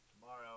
tomorrow